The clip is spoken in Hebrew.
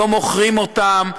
לא מוכרים אותן,